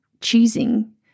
choosing